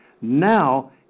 Now